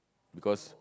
because